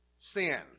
sin